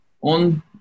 on